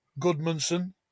Goodmanson